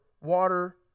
water